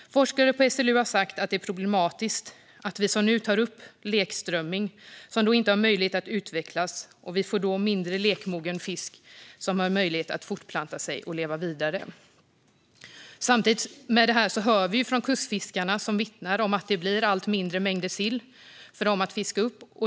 Forskare på SLU har sagt att det är problematiskt att vi tar upp lekströmming eftersom den inte får möjlighet att utvecklas och vi då får mindre mängder lekmogen fisk som har möjlighet att fortplanta sig och leva vidare. Samtidigt hör vi kustfiskarna vittna om att det blir allt mindre mängder sill för dem att fiska upp.